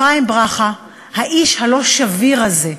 אפרים ברכה, האיש הלא-שביר הזה,